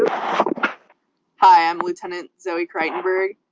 um hi, i'm lieutenant zoe crichtonburg.